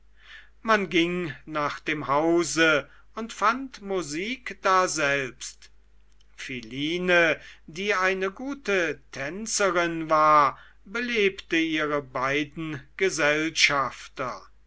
man ging nach dem hause und fand musik daselbst philine die eine gute tänzerin war belebte ihre beiden gesellschafter